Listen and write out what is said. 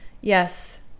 Yes